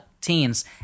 teens